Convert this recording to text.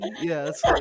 yes